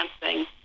dancing